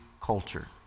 culture